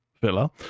villa